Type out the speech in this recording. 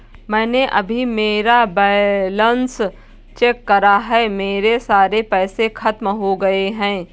मैंने अभी मेरा बैलन्स चेक करा है, मेरे सारे पैसे खत्म हो गए हैं